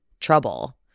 trouble